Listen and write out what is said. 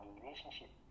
relationship